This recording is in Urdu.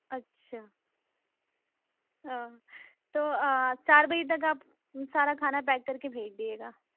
اچھا تو چار بجے تک آپ سارا کھانا پیک کرکے بھیج دیجیے گا